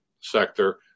sector